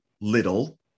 little